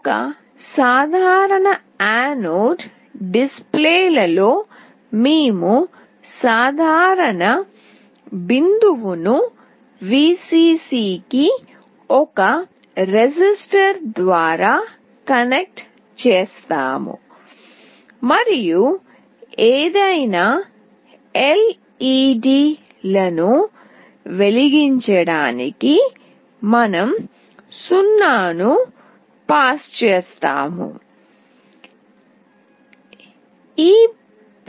ఒక సాధారణ యానోడ్ డిస్ప్లేలో మేము సాధారణ బిందువును Vcc కి ఒక రెసిస్టర్ ద్వారా కనెక్ట్ చేస్తాము మరియు ఏదైనా LED లను వెలిగించటానికి మనం 0 ను pass దాటాలి